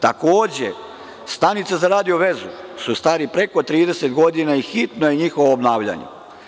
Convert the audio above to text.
Takođe, stanice za radio-vezu su stare preko 30 godina i hitno je njihovo obnavljanje.